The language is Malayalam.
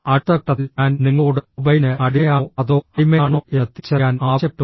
അടുത്ത ഘട്ടത്തിൽ ഞാൻ നിങ്ങളോട് മൊബൈലിന് അടിമയാണോ അതോ അടിമയാണോ എന്ന് തിരിച്ചറിയാൻ ആവശ്യപ്പെട്ടു